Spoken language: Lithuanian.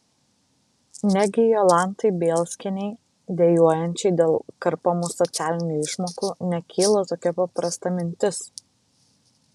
negi jolantai bielskienei dejuojančiai dėl karpomų socialinių išmokų nekyla tokia paprasta mintis